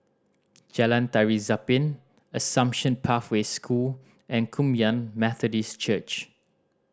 Jalan Tari Zapin Assumption Pathway School and Kum Yan Methodist Church